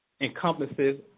encompasses